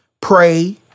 pray